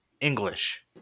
English